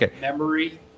memory